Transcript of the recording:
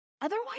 otherwise